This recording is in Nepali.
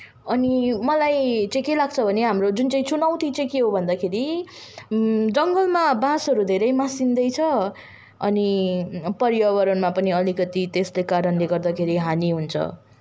अनि मलाई चाहिँ के लाग्छ भने हाम्रो जुन चाहिँ चुनौती चाहिँ के हो भन्दाखेरि जङ्गलमा बाँसहरू धेरै मासिँदैछ अनि पर्यावरणमा पनि अलिकति त्यस्तै कारणले गर्दाखेरि हानी हुन्छ